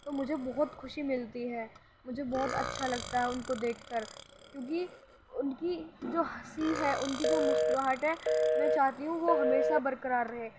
تو مجھے بہت خوشی ملتی ہے مجھے بہت اچھا لگتا ہے ان کو دیکھ کر کیوں کہ ان کی جو ہنسی ہے ان کی جو مسکراہٹ ہے میں چاہتی ہوں وہ ہمیشہ بر قرار رہے